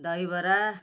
dahibara